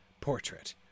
portrait